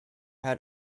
had